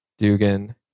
Dugan